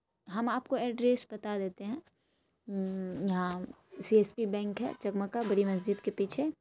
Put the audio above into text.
ہم آپ کو ایڈریس بتا دیتے ہیں یہاں سی ایس بی بینک ہے جگمکا بڑی مسجد کے پیچھے